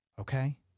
okay